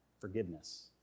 forgiveness